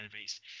base